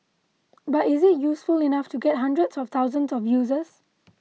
but is it useful enough to get hundreds of thousands of users